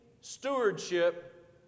Stewardship